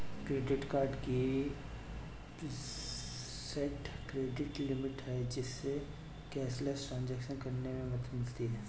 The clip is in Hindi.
क्रेडिट कार्ड की प्रीसेट क्रेडिट लिमिट है, जिससे कैशलेस ट्रांज़ैक्शन करने में मदद मिलती है